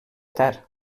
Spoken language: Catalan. tard